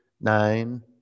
nine